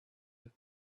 had